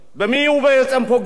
במי הוא בעצם פוגע,